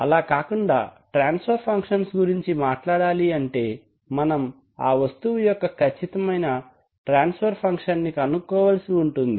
అలా కాకుండా transfer functions గురించి మాట్లాడాలి అంటే మనం ఆ వస్తువు యొక్క ఖచ్చితమైన ట్రాన్స్ఫర్ ఫంక్షన్ని కనుక్కోవలసి ఉంటుంది